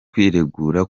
kwiregura